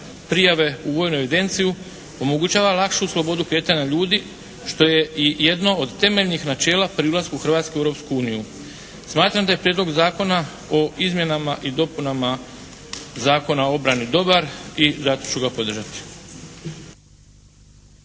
prijave u vojnu evidenciju. Omogućava lakšu slobodu kretanja ljudi što je i jedno od temeljnih načela pri ulasku Hrvatske u Europsku uniju. Smatram da je Prijedlog zakona o izmjenama i dopunama Zakona o obrani dobar i zato ću ga podržati.